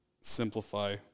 simplify